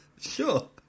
Sure